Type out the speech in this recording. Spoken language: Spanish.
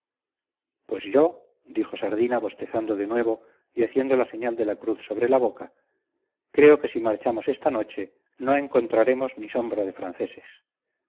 pues yo dijo sardina bostezando de nuevo y haciendo la señal de la cruz sobre la boca creo que si marchamos esta noche no encontraremos ni sombra de franceses